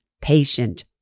patient